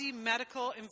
medical